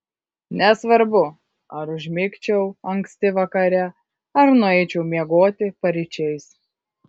nesvarbu ar užmigčiau anksti vakare ar nueičiau miegoti paryčiais